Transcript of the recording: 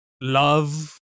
love